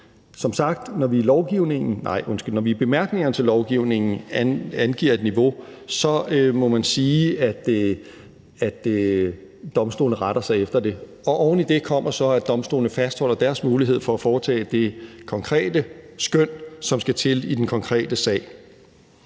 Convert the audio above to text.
Som sagt: Når vi i bemærkningerne til lovgivningen angiver et niveau, må man sige, at domstolene retter sig efter det. Og oven i det kommer så, at domstolene fastholder deres mulighed for at foretage det konkrete skøn, som skal til i den konkrete sag.